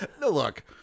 look